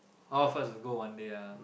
all first will go one day ah